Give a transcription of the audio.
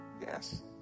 Yes